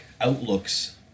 outlooks